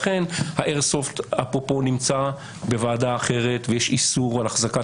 לכן ה-איירסופט נמצא בוועדה אחרת ויש איסור על אחזקת